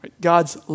God's